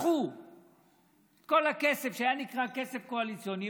חתכו את כל הכסף שהיה נקרא כסף קואליציוני.